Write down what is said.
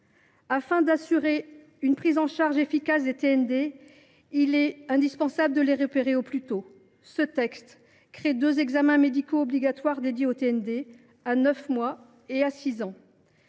Afin d’assurer une prise en charge efficace des TND, il est nécessaire de les repérer le plus tôt possible. Ce texte crée deux examens médicaux obligatoires spécifiques aux TND, à 9 mois et à 6 ans.